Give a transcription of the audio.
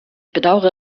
bedauere